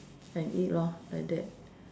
and eat lor like that